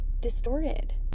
distorted